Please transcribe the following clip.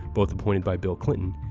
both appointed by bill clinton,